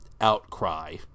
outcry